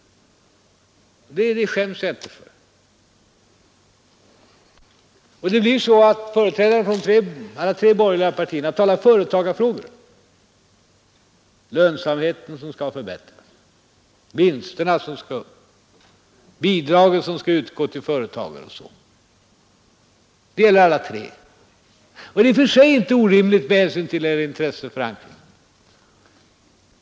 Det skäms jag inte för. Och det blir så att företrädare för de tre borgerliga partierna diskuterar företagarfrågor, t.ex. lönsamheten som skall förbättras, vinsterna som skall upp, bidragen som skall utgå till företagare m.m. Det gäller alla tre borgerliga partierna. I och för sig är detta inte orimligt med hänsyn till intresseförankringen.